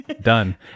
done